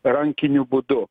rankiniu būdu